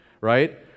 right